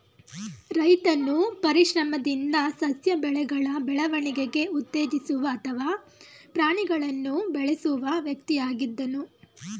ರೈತನು ಪರಿಶ್ರಮದಿಂದ ಸಸ್ಯ ಬೆಳೆಗಳ ಬೆಳವಣಿಗೆ ಉತ್ತೇಜಿಸುವ ಅಥವಾ ಪ್ರಾಣಿಗಳನ್ನು ಬೆಳೆಸುವ ವ್ಯಕ್ತಿಯಾಗಿದ್ದನು